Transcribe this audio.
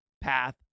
Path